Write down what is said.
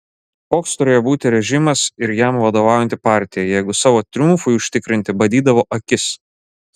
koks turėjo būti režimas ir jam vadovaujanti partija jeigu savo triumfui užtikrinti badydavo akis